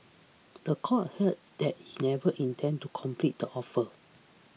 the court heard that he never intended to complete the offer